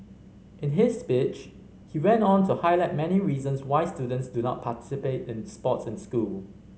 in his speech he went on to highlight many reasons why students do not in sports and school